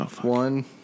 One